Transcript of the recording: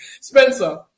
Spencer